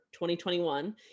2021